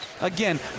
again